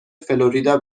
فلوریدا